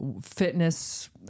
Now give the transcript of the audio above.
fitness